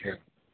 okay